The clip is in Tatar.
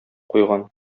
куйган